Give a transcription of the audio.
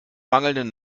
mangelnden